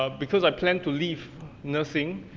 ah because i plan to leave nursing,